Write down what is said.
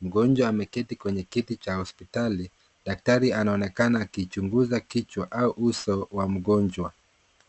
Mgonjwa ameketi kwenye kiti Cha hospitali, daktari anaonekana akichunguza kichwa au uso wa mgonjwa.